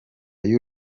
y’u